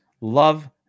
Love